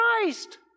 Christ